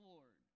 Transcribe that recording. Lord